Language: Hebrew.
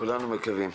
כולנו מקווים.